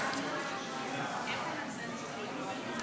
אדוני,